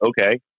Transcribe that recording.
okay